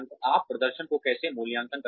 आप प्रदर्शन को कैसे मूल्यांकन करते हैं